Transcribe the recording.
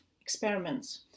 experiments